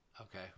Okay